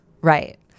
Right